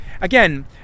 Again